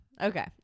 Okay